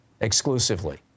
exclusively